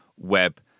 web